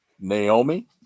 Naomi